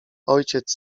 ojciec